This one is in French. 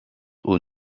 aux